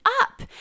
up